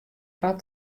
foar